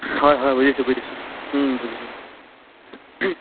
হয় হয় বুজিছোঁ বুজিছোঁ বুজিছোঁ